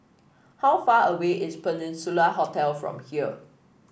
how far away is Peninsula Hotel from here